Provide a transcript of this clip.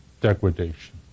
degradation